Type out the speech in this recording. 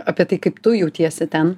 apie tai kaip tu jautiesi ten